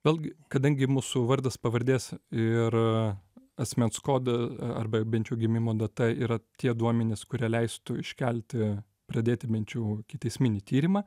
vėlgi kadangi mūsų vardas pavardės ir asmens kodą arba bent jau gimimo data yra tie duomenys kurie leistų iškelti pradėti bent jau ikiteisminį tyrimą